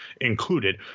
included